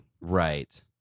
Right